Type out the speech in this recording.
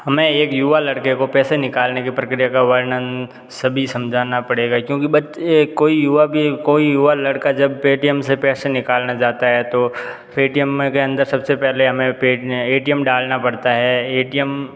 हमें एक युवा लड़के को पैसे निकालने की प्रक्रिया का वर्णन सभी समझाना पड़ेगा क्योंकि बच्चे कोई युवा भी कोई युवा लड़का जब पेटीएम से पैसे निकालने जाता है तो पेटीएम में के अंदर सबसे पहले हमें पे ए टी एम डालना पड़ता है ए टी एम